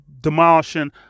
demolishing